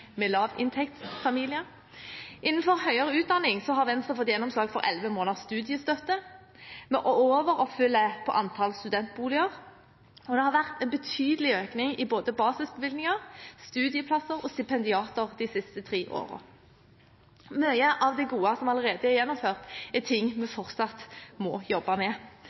fra lavinntektsfamilier. Innenfor høyere utdanning har Venstre fått gjennomslag for elleve måneder studiestøtte, vi overoppfyller på antall studentboliger, og det har vært en betydelig økning i både basisbevilgninger, studieplasser og stipendiater de siste tre årene. Mye av det gode som allerede er gjennomført, er ting vi fortsatt må jobbe med.